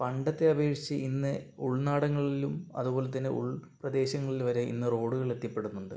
പണ്ടത്തെ അപേക്ഷിച്ച് ഇന്ന് ഉൾനാടുകളിലും അതുപോലെത്തന്നെ ഉൾ പ്രദേശങ്ങളിൽ വരെ ഇന്ന് റോഡുകൾ എത്തിപ്പെടുന്നുണ്ട്